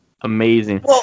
amazing